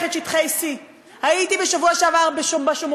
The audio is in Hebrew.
את שטחי C. הייתי בשבוע שעבר בשומרון,